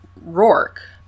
Rourke